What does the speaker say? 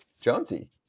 Jonesy